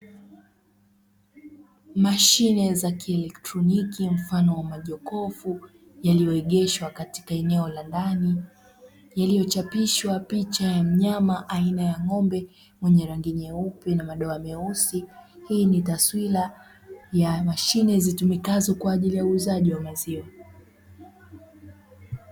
Mashine za kielektroniki mfano wa majokofu yaliyoegeshwa katika eneo la ndani; yaliyochapishwa picha ya mnyama aina ya ng'ombe mwenye rangi nyeupe na madoa meusi; hii ni taswira ya mashine zitumikazo kwa ajili ya uuzaji wa maziwa.